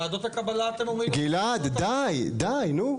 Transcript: ועדות הקבלה אתם אומרים --- גלעד, די, די, נו.